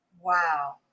Wow